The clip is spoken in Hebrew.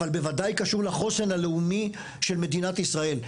ובוודאי קשור לחוסן הלאומי של מדינת ישראל.